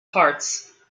parts